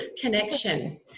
connection